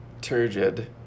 turgid